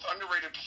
underrated